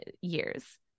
years